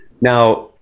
now